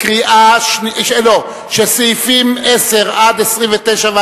שסעיפים 10 29,